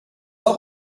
auch